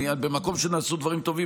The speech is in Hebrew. במקום שנעשו דברים טובים,